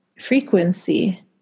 frequency